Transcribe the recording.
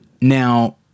Now